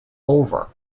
over